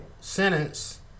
sentence